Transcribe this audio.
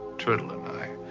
turtle and